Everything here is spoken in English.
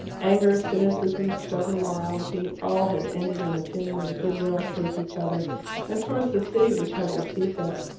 anger, cynicism, stubborn morality all had ended in a feeling of good-will towards each other and towards the city which had received them.